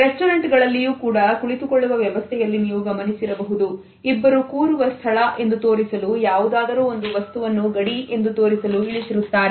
restaurant ಗಳಲ್ಲಿಯೂ ಕೂಡ ಕುಳಿತುಕೊಳ್ಳುವ ವ್ಯವಸ್ಥೆಯಲ್ಲಿ ನೀವು ಗಮನಿಸಿರಬಹುದು ಇಬ್ಬರು ಕೂರುವ ಸ್ಥಳ ಎಂದು ತೋರಿಸಲು ಯಾವುದಾದರೂ ಒಂದು ವಸ್ತುವನ್ನು ಗಡಿ ಎಂದು ತೋರಿಸಲು ಇಳಿಸಿರುತ್ತಾರೆ